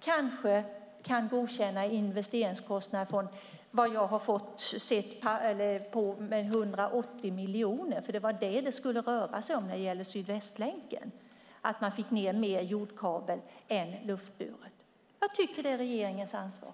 kanske kan godkänna investeringskostnader på 180 miljoner. Det var den summan det skulle röra sig om i fråga om Sydvästlänken, det vill säga mer jordkabel än luftburen kabel. Det är regeringens ansvar.